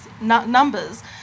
numbers